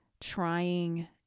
trying